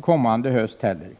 kommande höst heller.